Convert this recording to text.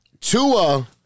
Tua